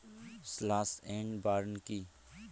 Slash and burn কি?